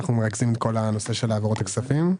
אנו מרכזים את כל הנושא של העברות הכספים.